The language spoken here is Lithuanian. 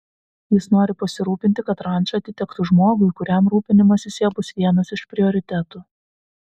jis nori pasirūpinti kad ranča atitektų žmogui kuriam rūpinimasis ja bus vienas iš prioritetų